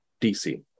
DC